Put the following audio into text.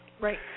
Right